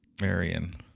Marion